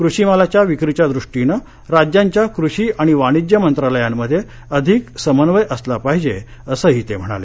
कृषिमालाच्या विक्रीच्या दृष्टीनं राज्यांच्या कृषी आणि वाणिज्य मंत्रालयांमध्ये अधिक समन्वय असला पाहिजे असंही फडणवीस म्हणाले